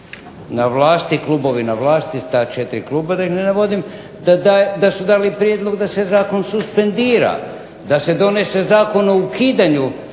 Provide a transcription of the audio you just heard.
na vlasti, klubovi na vlasti ta četiri kluba da ih ne navodim da su dali prijedlog da se zakon suspendira, da se donese zakon o ukidanju